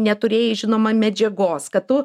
neturėjai žinoma medžiagos kad tu